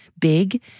big